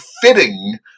fitting